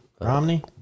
Romney